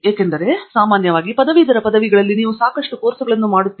ಏಕೆಂದರೆ ಸಾಮಾನ್ಯವಾಗಿ ಪದವೀಧರ ಪದವಿಗಳಲ್ಲಿ ನೀವು ಸಾಕಷ್ಟು ಕೋರ್ಸುಗಳನ್ನು ಮಾಡುತ್ತಿದ್ದೀರಿ